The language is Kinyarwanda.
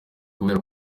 kubera